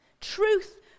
Truth